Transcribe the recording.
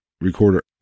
recorder